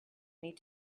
need